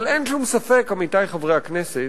אבל אין שום ספק, עמיתי חברי הכנסת,